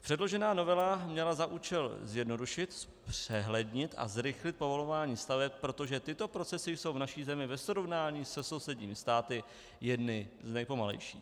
Předložená novela měla za účel zjednodušit, zpřehlednit a zrychlit povolování staveb, protože tyto procesy jsou v naší zemi ve srovnání se sousedními státy jedny z nejpomalejších.